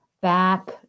back